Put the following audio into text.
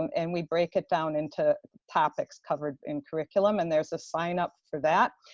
um and we break it down into topics covered in curriculum, and there's a sign-up for that,